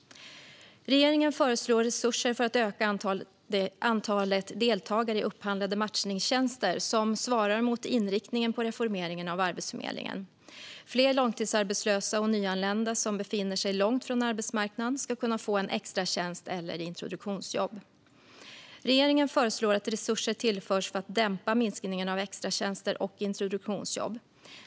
Regeringen föreslår resurser för att öka antalet deltagare i upphandlade matchningstjänster som svarar mot inriktningen på reformeringen av Arbetsförmedlingen. Fler långtidsarbetslösa och nyanlända som befinner sig långt från arbetsmarknaden ska kunna få en extratjänst eller ett introduktionsjobb. Regeringen föreslår att resurser tillförs för att dämpa minskningen av extratjänster och introduktionsjobb.